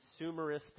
consumeristic